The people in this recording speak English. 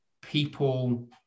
people